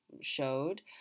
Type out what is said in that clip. showed